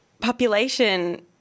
population